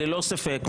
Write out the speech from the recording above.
לא, אתה לא יכול.